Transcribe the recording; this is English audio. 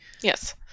yes